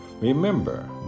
Remember